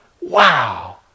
wow